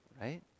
right